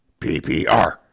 ppr